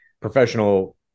professional